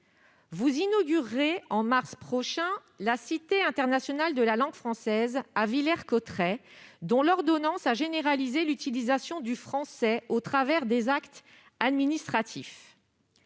Vous inaugurerez en mars prochain la Cité internationale de la langue française à Villers-Cotterêts, où fut prise l'ordonnance généralisant l'utilisation du français dans les actes administratifs.